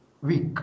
week